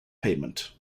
payment